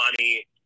money